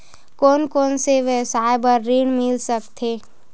कोन कोन से व्यवसाय बर ऋण मिल सकथे?